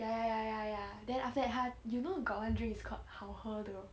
ya ya ya ya ya then after that 他 you know got this one drink it's called 好喝的